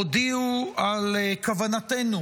הודיעו על כוונתנו